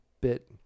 bit